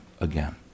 again